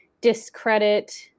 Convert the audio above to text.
discredit